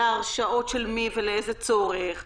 להרשעות של מי ולאיזה צורך,